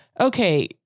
okay